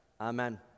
Amen